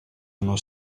uno